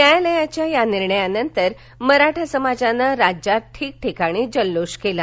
न्यायालयाच्या निर्णयानंतर मराठा समाजानं राज्यात ठिकठिकाणी जल्लोष केला